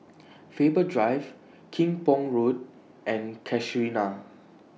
Faber Drive Kim Pong Road and Casuarina